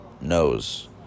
knows